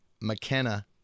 McKenna